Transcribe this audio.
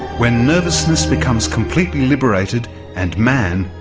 when nervousness becomes completely liberated and man,